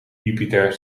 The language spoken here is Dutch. jupiter